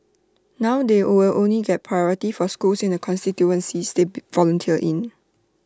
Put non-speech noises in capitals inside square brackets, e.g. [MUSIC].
now they will only get priority for schools in the constituencies they [UNINTELLIGIBLE] volunteer in